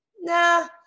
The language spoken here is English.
Nah